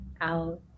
out